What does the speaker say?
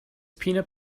peanut